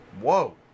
Whoa